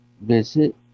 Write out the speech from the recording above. visit